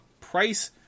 price